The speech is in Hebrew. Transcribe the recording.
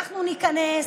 אנחנו ניכנס,